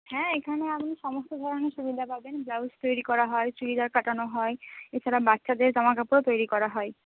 হ্যাঁ এখানে আপনি সমস্ত ধরনের চুড়িদার পাবেন ব্লাউজ তৈরি করা হয় চুড়িদার কাটানো হয় এছাড়া বাচ্চাদের জামা কাপড়ও তৈরি করা হয়